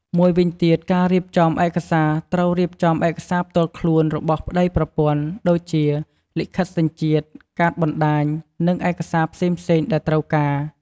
មួយវិញទៀតការរៀបចំឯកសារត្រូវរៀបចំឯកសារផ្ទាល់ខ្លួនរបស់ប្ដីប្រពន្ធ ដូចជា លិខិតសញ្ជាតិ កាតបណ្ដាញ និងឯកសារផ្សេងៗដែលត្រូវការ។